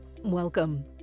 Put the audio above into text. Welcome